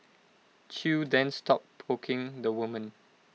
chew then stopped poking the woman